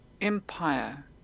Empire